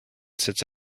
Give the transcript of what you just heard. sits